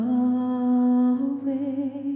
away